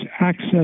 access